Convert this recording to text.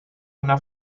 una